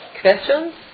Questions